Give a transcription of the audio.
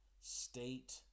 state